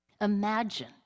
Imagine